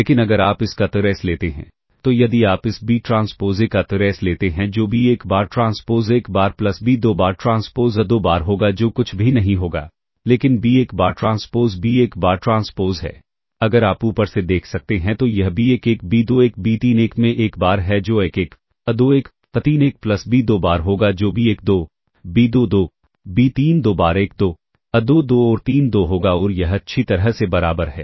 लेकिन अगर आप इसका ट्रेस लेते हैं तो यदि आप इस B ट्रांसपोज़ A का ट्रेस लेते हैं जो b 1 bar transpose a 1 bar plus b 2 bar transpose a 2 bar होगा जो कुछ भी नहीं होगा लेकिन b 1 bar transpose b 1 bar transpose है अगर आप ऊपर से देख सकते हैं तो यह b 1 1 b 2 1 b 3 1 में 1 बार है जो a1 1 a2 1 a3 1 plus b2 bar होगा जो b1 2 b2 2 b3 2 bar a1 2 a2 2 और a3 2 होगा और यह अच्छी तरह से बराबर है